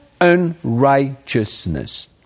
unrighteousness